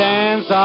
Dance